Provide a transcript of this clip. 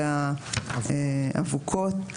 וזה האבוקות,